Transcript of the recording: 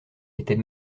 était